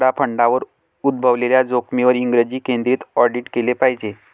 बडा फंडांद्वारे उद्भवलेल्या जोखमींवर इंग्रजी केंद्रित ऑडिट केले पाहिजे